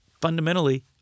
fundamentally